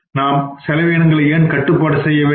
நாம் செலவினங்களை ஏன் கட்டுப்பாடு செய்ய வேண்டும்